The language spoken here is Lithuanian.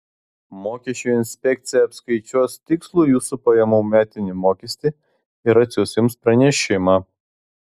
mokesčių inspekcija apskaičiuos tikslų jūsų pajamų metinį mokestį ir atsiųs jums pranešimą